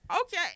Okay